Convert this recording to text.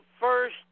first